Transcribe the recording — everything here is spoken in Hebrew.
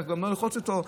אתה גם לא יכול ללחוץ אותו.